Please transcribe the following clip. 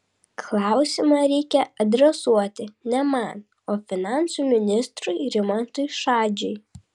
klausimą reikia adresuoti ne man o finansų ministrui rimantui šadžiui